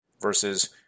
versus